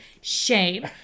Shame